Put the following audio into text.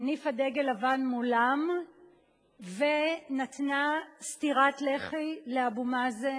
הניפה דגל לבן מולם ונתנה סטירת לחי לאבו מאזן.